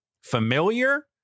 familiar